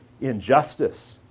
injustice